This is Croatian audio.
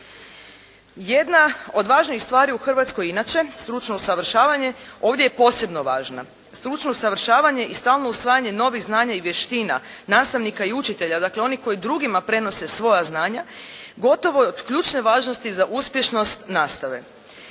Jedna od važnijih stvari u Hrvatskoj inače stručno usavršavanje ovdje je posebno važna. Stručno usavršavanje i stalno usvajanje novih znanja i vještina nastavnika i učitelja, dakle oni koji drugima prenose svoja znanja gotovo je od ključne važnosti za uspješnost nastave.